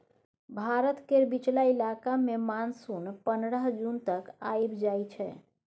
भारत केर बीचला इलाका मे मानसून पनरह जून तक आइब जाइ छै